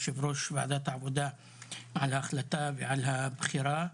יו"ר ועדת העבודה על ההחלטה ועל הבחירה.